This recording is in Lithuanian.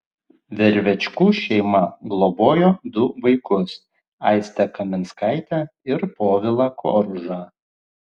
vervečkų šeima globojo du vaikus aistę kaminskaitę ir povilą koružą